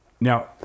now